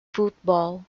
football